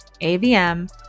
AVM